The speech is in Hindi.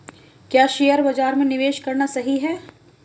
क्या शेयर बाज़ार में निवेश करना सही है?